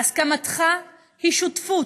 והסכמתך היא שותפות,